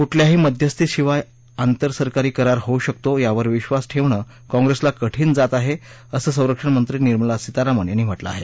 कुठल्याही मध्यस्थीशिवाय आंतरसरकारी करार होऊ शकतो यावर विधास ठेवणं काँप्रेसला कठिण जात आहे असं संरक्षणमंत्री निर्मला सीतारामन यांनी म्हटलं आहे